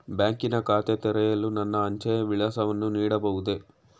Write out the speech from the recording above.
ಬ್ಯಾಂಕಿನ ಖಾತೆ ತೆರೆಯಲು ನನ್ನ ಅಂಚೆಯ ವಿಳಾಸವನ್ನು ನೀಡಬಹುದೇ?